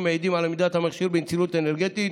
המעידים על עמידת המכשיר בנצילות אנרגטית